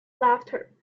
laughter